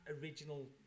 original